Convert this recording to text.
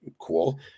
cool